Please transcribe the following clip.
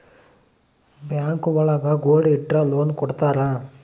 bank ಒಳಗ gold ಇಟ್ರ loan ಕೊಡ್ತಾರ